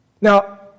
Now